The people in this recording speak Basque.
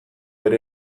ere